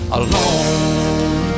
alone